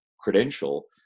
credential